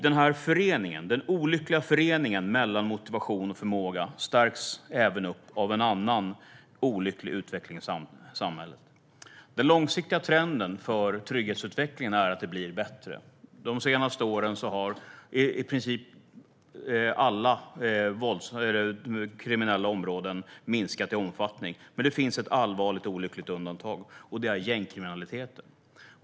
Den olyckliga föreningen av motivation och förmåga stärks av en annan olycklig utveckling i samhället. Den långsiktiga trenden för trygghetsutvecklingen är att det blir bättre. De senaste åren har i princip alla kriminella områden minskat i omfattning, men det finns ett allvarligt olyckligt undantag, och det är gängkriminaliteten.